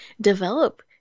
develop